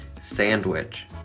sandwich